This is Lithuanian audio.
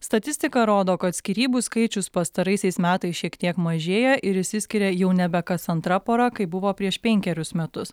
statistika rodo kad skyrybų skaičius pastaraisiais metais šiek tiek mažėja ir išsiskiria jau nebe kas antra pora kaip buvo prieš penkerius metus